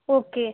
okay